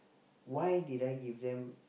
why did I give them